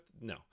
No